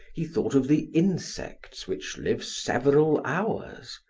he thought of the insects which live several hours,